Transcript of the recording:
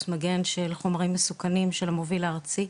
מגן של חומרים מסוכנים של המוביל הארצי.